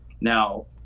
Now